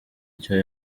icyo